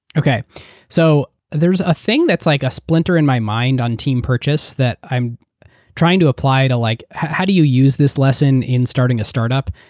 so there's a thing that's like a splinter in my mind on team purchase that i'm trying to apply to like how do you use this lesson in starting a startup?